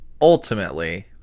ultimately